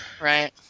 Right